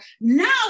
now